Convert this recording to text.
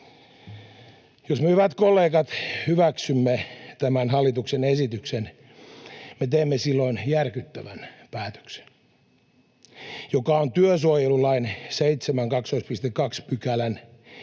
Jos me, hyvät kollegat, hyväksymme tämän hallituksen esityksen, me teemme silloin järkyttävän päätöksen, joka on työsuojelulain 7:2 §:n